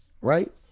right